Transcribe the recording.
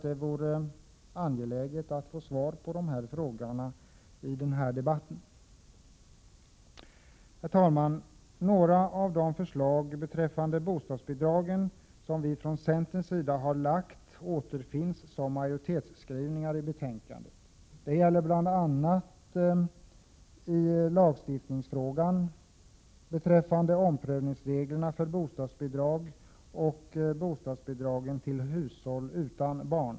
Det är angeläget att få svar på dessa frågor i den här debatten. Herr talman! Några av de förslag beträffande bostadsbidragen som vi från centerns sida har lagt fram återfinns som majoritetsskrivningar i betänkandet. Det gäller bl.a. lagstiftningsfrågor rörande omprövningsreglerna för bostadsbidrag samt bostadsbidrag till hushåll utan barn.